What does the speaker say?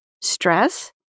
stress